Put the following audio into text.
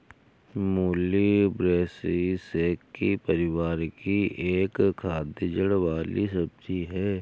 मूली ब्रैसिसेकी परिवार की एक खाद्य जड़ वाली सब्जी है